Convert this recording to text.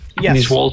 Yes